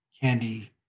Candy